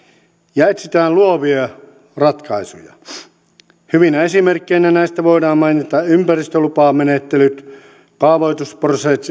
ja etsitään luovia ratkaisuja hyvinä esimerkkeinä näistä voidaan mainita ympäristölupamenettelyt kaavoitusprosessit